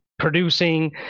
producing